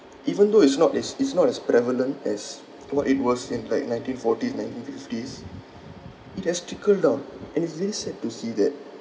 even though it's not as it's not as prevalent as what it was in like nineteen forties nineteen fifties it has trickle down and it's very sad to see that